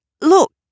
Look